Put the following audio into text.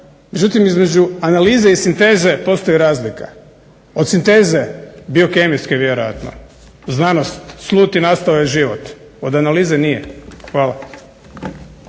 međutim između analize i sinteze postoji razlika. Od sinteze, biokemijske vjerojatno, znanosti sluti nastao je život, od analize nije. Hvala.